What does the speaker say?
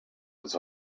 was